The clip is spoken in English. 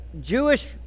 Jewish